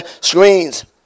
screens